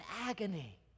agony